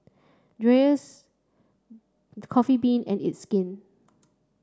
Dreyers Coffee Bean and it's Skin